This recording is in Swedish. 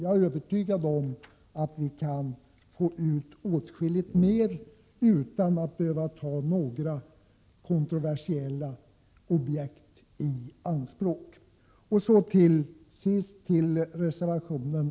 Jag är övertygad om att vi kan få ut åtskilligt mer utan att behöva ta några kontroversiella objekt i anspråk. Sedan några ord om reservation 6.